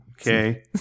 Okay